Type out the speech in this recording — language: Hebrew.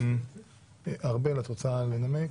ארבל, את רוצה לנמק?